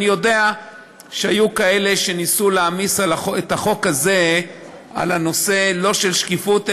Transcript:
אני יודע שהיו כאלה שניסו להעמיס את החוק הזה לא על הנושא של שקיפות,